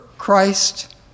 Christ